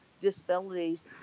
disabilities